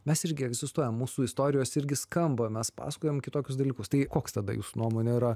mes irgi egzistuojam mūsų istorijos irgi skamba mes pasakojam kitokius dalykus tai koks tada jūsų nuomone yra